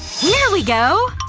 here we go!